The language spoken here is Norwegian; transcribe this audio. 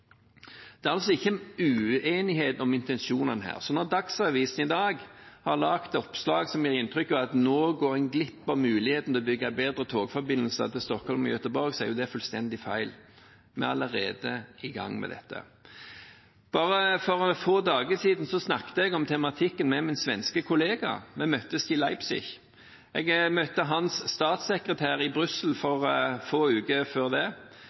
Det er altså ikke uenighet om intensjonene her. Når Dagsavisen i dag har laget oppslag som gir inntrykk av at nå går en glipp av muligheten til å bygge bedre togforbindelser til Stockholm og Göteborg, er det fullstendig feil. Vi er allerede i gang med dette. For bare få dager siden snakket jeg om tematikken med min svenske kollega. Vi møttes i Leipzig. Jeg møtte hans statssekretær i Brussel få uker før det.